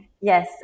yes